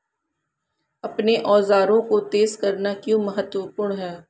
अपने औजारों को तेज करना क्यों महत्वपूर्ण है?